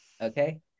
Okay